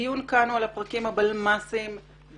הדיון כאן הוא על הפרקים הבלמ"סים בלבד.